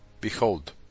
Behold